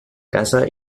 casa